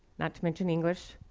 not to mention english,